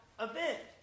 event